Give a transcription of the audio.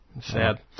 sad